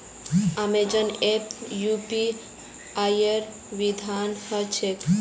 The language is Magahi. अमेजॉन ऐपत यूपीआईर सुविधा ह छेक